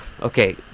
okay